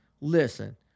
Listen